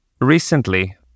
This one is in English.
recently